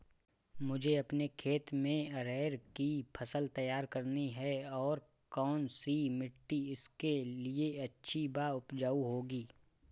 मुझे अपने खेत में अरहर की फसल तैयार करनी है और कौन सी मिट्टी इसके लिए अच्छी व उपजाऊ होगी?